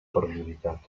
perjudicat